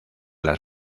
las